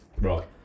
Right